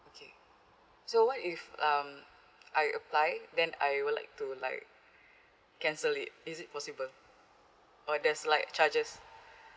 okay so what if um I apply then I would like to like cancel it is it possible or there's like charges